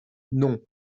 non